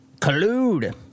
collude